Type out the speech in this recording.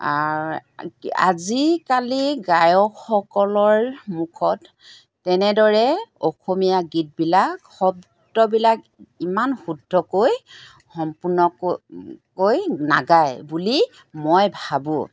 আজিকালি গায়কসকলৰ মুখত তেনেদৰে অসমীয়া গীতবিলাক শব্দবিলাক ইমান শুদ্ধকৈ সম্পূৰ্ণকৈ কৈ নাগায় বুলি মই ভাবোঁ